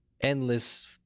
endless